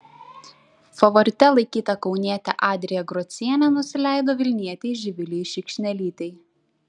favorite laikyta kaunietė adrija grocienė nusileido vilnietei živilei šikšnelytei